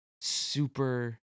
super